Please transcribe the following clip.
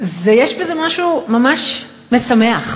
יש בזה משהו ממש משמח.